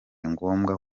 ngombwa